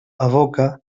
evoca